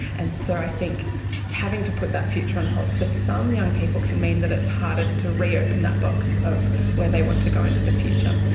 and so i think having to put that future on hold, for some young people can mean that it's harder to reopen that box of where they want to go into the future.